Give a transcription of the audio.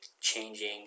changing